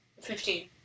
Fifteen